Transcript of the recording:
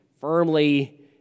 firmly